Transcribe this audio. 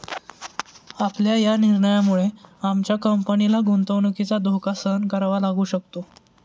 आपल्या या निर्णयामुळे आमच्या कंपनीला गुंतवणुकीचा धोका सहन करावा लागू शकतो